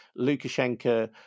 Lukashenko